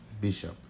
bishop